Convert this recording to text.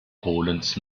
polens